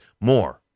more